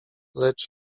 lecz